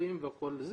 הפרה-רפואיים וכו'.